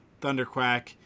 thunderquack